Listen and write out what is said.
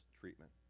treatment